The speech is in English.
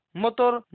motor